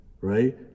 right